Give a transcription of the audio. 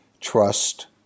trust